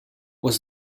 was